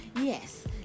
Yes